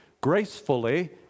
gracefully